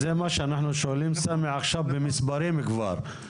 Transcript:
זה מה שאנחנו שואלים סמי עכשיו במספרים כבר,